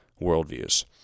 worldviews